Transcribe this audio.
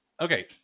Okay